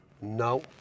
no